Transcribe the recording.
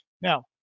now